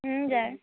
हजुर